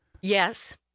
Yes